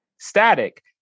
static